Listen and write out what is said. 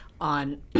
on